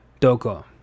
doko